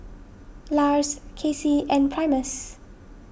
Lars Kacy and Primus